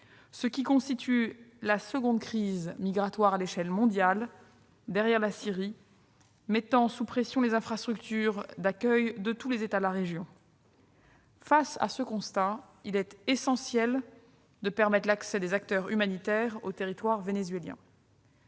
ce qui constitue la seconde crise migratoire à l'échelle mondiale, derrière la Syrie, mettant sous pression les infrastructures d'accueil de tous les États de la région. Face à ce constat, il est essentiel de permettre l'accès des acteurs humanitaires au territoire vénézuélien.